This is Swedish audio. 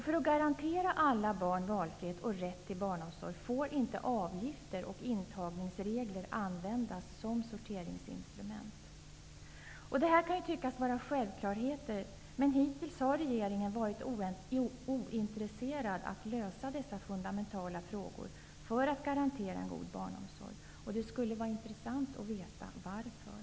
För att garantera alla barn valfrihet och rätt till barnomsorg får inte avgifter och intagningsregler användas som sorteringsinstrument. Detta kan tyckas vara självklarheter, men hittills har regeringen varit ointresserad av att lösa dessa fundamentala frågor för att garantera en god barnomsorg. Det skulle vara intressant att få veta varför.